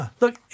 Look